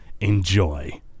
enjoy